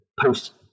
post